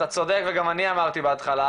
אתה צודק וגם אני אמרתי בהתחלה,